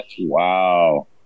Wow